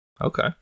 Okay